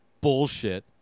bullshit